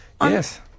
yes